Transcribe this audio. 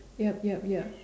yup yup yup